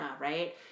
right